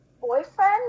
boyfriend